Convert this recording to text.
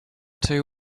two